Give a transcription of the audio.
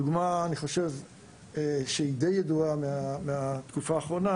דוגמה שהיא די ידועה מהתקופה האחרונה.